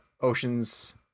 oceans